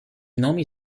nomi